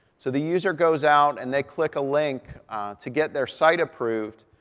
so the user goes out, and they click a link to get their site approved.